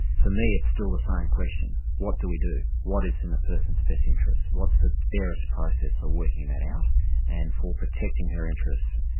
for me it's still the same question what do we do, what is in the person's best interest, what's the fairest process for working that out and for protecting her interests?